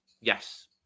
yes